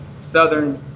southern